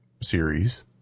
series